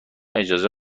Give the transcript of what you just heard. اجازه